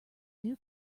new